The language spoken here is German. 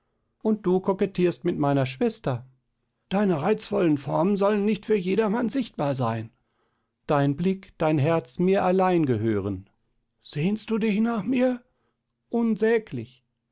und du kokettierst mit der schwester deine reizvollen formen sollten nicht für jedermann sichtbar sein dein blick dein herz mir allein gehören sehnst du dich nach mir unsäglich